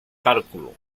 cálculo